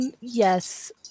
yes